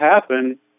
happen